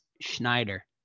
Schneider